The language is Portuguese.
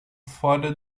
fora